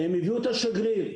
הם הביאו את השגריר,